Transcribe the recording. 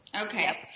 Okay